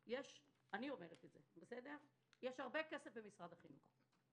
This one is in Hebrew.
יש הרבה כסף במשרד החינוך.